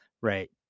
right